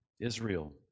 Israel